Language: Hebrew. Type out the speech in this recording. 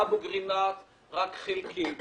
אבו קרינאת רק חלקית.